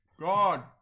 God